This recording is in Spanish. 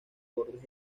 bordes